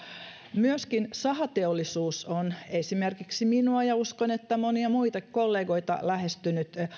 myöskin sahateollisuus on esimerkiksi minua ja uskon että monia muita kollegoita lähestynyt